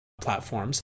platforms